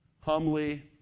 humbly